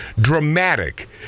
dramatic